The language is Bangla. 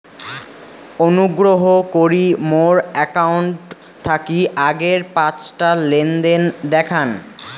অনুগ্রহ করি মোর অ্যাকাউন্ট থাকি আগের পাঁচটা লেনদেন দেখান